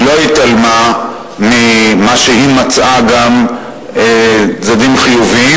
היא לא התעלמה מכך שהיא מצאה גם צדדים חיוביים